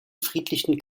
friedlichen